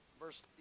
verse